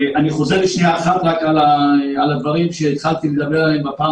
אני חוזר שנייה אחת רק על הדברים שהתחלתי לדבר עליהם בפעם